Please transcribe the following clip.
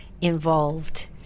involved